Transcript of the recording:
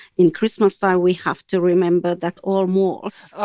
in christmastime, we have to remember that all malls. ugh,